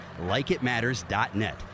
LikeItMatters.net